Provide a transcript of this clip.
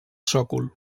sòcol